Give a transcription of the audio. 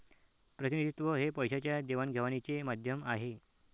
प्रतिनिधित्व हे पैशाच्या देवाणघेवाणीचे माध्यम आहे